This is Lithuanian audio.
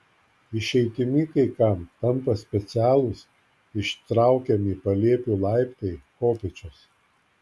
išeitimi kai kam tampa specialūs ištraukiami palėpių laiptai kopėčios